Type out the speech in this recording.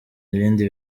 ibindi